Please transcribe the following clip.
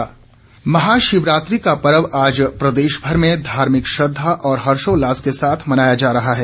शिवरात्रि महाशिवरात्रि का पर्व आज प्रदेशभर में धार्मिक श्रद्धा और हर्षोल्लास के साथ मनाया जा रहा है